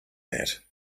that